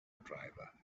driver